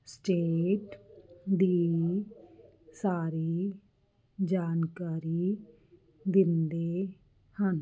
state ਦੀ ਸਾਰੀ ਜਾਣਕਾਰੀ ਦਿੰਦੇ ਹਨ